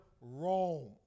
Rome